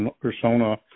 persona